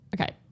okay